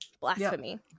Blasphemy